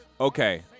Okay